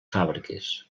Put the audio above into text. fàbriques